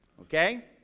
Okay